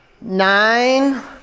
nine